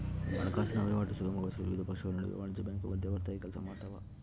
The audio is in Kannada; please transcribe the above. ಹಣಕಾಸಿನ ವಹಿವಾಟು ಸುಗಮಗೊಳಿಸಲು ವಿವಿಧ ಪಕ್ಷಗಳ ನಡುವೆ ವಾಣಿಜ್ಯ ಬ್ಯಾಂಕು ಮಧ್ಯವರ್ತಿಯಾಗಿ ಕೆಲಸಮಾಡ್ತವ